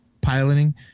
piloting